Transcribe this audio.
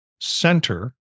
center